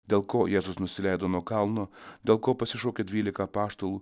dėl ko jėzus nusileido nuo kalno dėl ko pasišaukė dvylika apaštalų